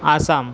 Assam